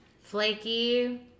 Flaky